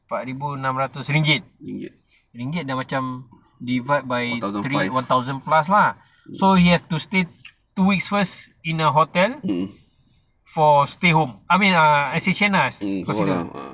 empat ribu enam ratus ringgit ringgit dah macam divide by three one thousand plus lah so he has to stay two weeks first in the hotel for stay home I mean err S_H_N lah consider